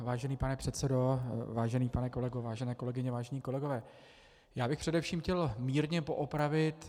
Vážený pane předsedo, vážený pane kolego, vážené kolegyně, vážení kolegové, především bych chtěl mírně poopravit.